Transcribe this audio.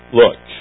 look